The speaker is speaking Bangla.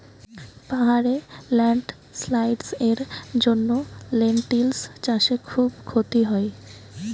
পাহাড়ে ল্যান্ডস্লাইডস্ এর জন্য লেনটিল্স চাষে খুব ক্ষতি হয়